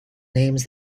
names